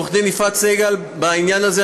עורכת הדין יפעת סגל, בעניין הזה.